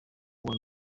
ubwa